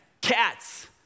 cats